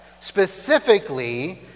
specifically